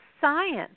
science